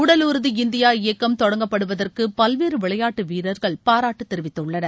உடல் உறுதி இந்தியா இயக்கம் தொடங்கப்படுவதற்கு பல்வேறு விளையாட்டு வீரர்கள் பாராட்டு தெரிவித்துள்ளனர்